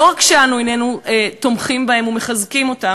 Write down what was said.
לא רק שאנחנו איננו תומכים בהם ומחזקים אותם,